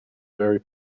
very